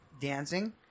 dancing